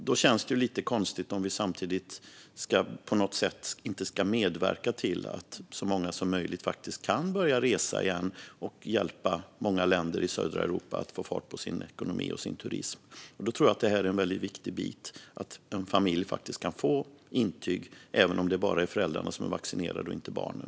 Då känns det lite konstigt om vi inte ska medverka till att så många som möjligt kan börja resa igen och hjälpa länder i södra Europa att fart på sin ekonomi och sin turism. Då tror jag att det är en viktig del att en familj kan få intyg även om det bara är föräldrarna som är vaccinerade och inte barnen.